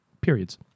periods